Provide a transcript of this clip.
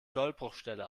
sollbruchstelle